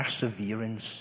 perseverance